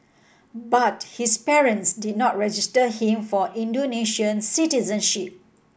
but his parents did not register him for Indonesian citizenship